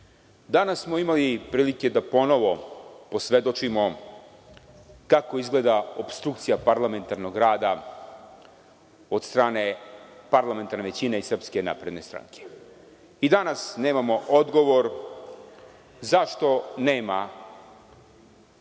danas smo imali prilike da ponovo posvedočimo kako izgleda opstrukcija parlamentarnog rada od strane parlamentarne većine i SNS. Danas nemamo odgovor zašto nema